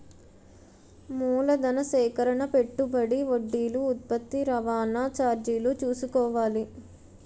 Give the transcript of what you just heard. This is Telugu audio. మూలధన సేకరణ పెట్టుబడి వడ్డీలు ఉత్పత్తి రవాణా చార్జీలు చూసుకోవాలి